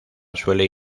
suele